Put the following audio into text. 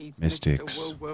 mystics